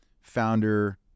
founder